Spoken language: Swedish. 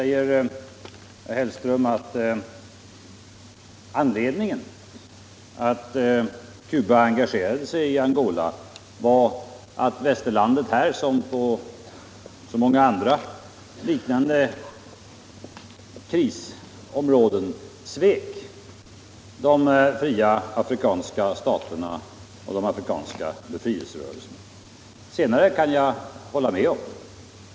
Herr Hellström säger att anledningen tull att Cuba engagerade sig i Angola var att Västerlandet här, som i så många andra liknande krisområden, svek de fria afrikanska staterna och de afrikanska befrielserörelserna. Det senare kan jag hålla med om.